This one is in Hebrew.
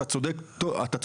ואתה צודק בהחלט.